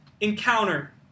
encounter